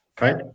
right